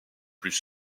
plus